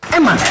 Emma